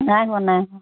নই হোৱা নাই হোৱা